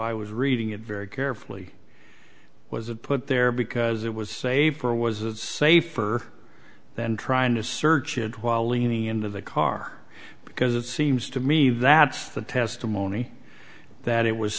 i was reading it very carefully wasn't put there because it was safer was it's safer than trying to search it while leaning into the car because it seems to me that's the testimony that it was